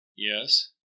Yes